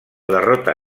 derrota